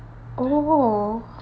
oh